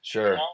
Sure